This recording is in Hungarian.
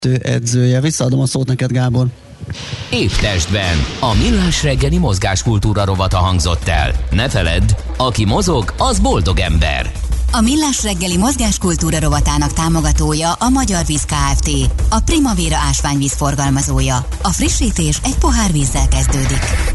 edzője. Visszaadom a szót neked, Gábor. Ép testben. A Millás reggeli mozgáskultúra rovata hangzott el. Ne feledd, aki mozog, az boldog ember. A Millás reggeli mozgáskultúra rovatának támogatója a Magyar Víz Kft., a Primavera ásványvíz forgalmazója. A frissítés egy pohár vízzel kezdődik.